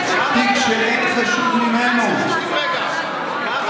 תיק שאין חשוב ממנו, תרשה לי.